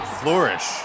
flourish